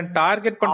target